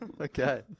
Okay